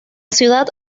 ciudad